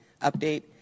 update